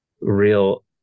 real